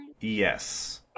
Yes